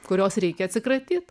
kurios reikia atsikratyt